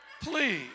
Please